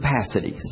capacities